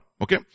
Okay